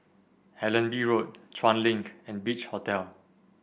Allenby Road Chuan Link and Beach Hotel